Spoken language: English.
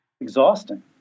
Exhausting